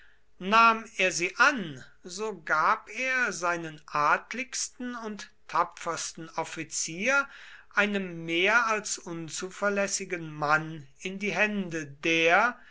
nahm er sie an so gab er seinen adligsten und tapfersten offizier einem mehr als unzuverlässigen mann in die hände der